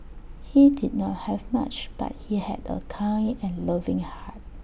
he did not have much but he had A kind and loving heart